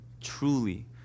truly